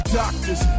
doctor's